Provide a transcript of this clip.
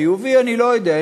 חיובי אני לא יודע,